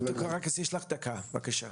ד"ר קרקיס, יש לך דקה, בבקשה.